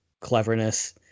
cleverness